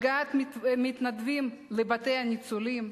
הגעת מתנדבים לבתי הניצולים,